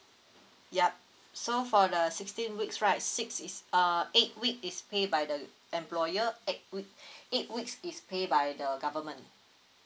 yup so for the sixteen weeks right six is uh eight week is paid by the employer eight week eight weeks is paid by the government